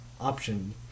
option